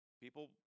People